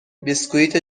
بسکویت